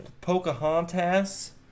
Pocahontas